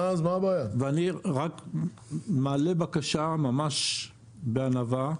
אני רק מעלה בקשה ממש בענווה,